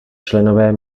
členové